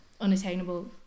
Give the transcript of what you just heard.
unattainable